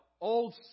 old